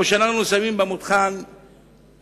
או שאנחנו שמים במדחן שעתיים